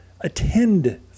attend